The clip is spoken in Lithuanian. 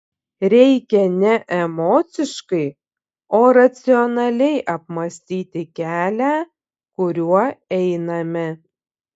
reikia ne emociškai o racionaliai apmąstyti kelią kuriuo einame